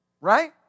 Right